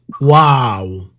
Wow